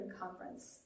Conference